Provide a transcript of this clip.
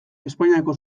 espainiako